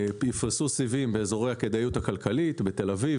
תפרסו סיבים באזורי הכדאיות הכלכלית כמובתל אביב,